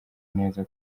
neza